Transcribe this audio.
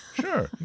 Sure